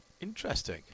interesting